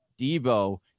Debo